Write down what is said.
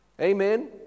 Amen